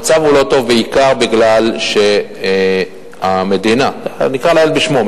המצב הוא לא טוב בעיקר מפני שהמדינה נקרא לילד בשמו,